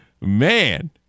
Man